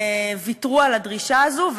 ויתרו על הדרישה הזאת.